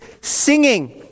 singing